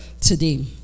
today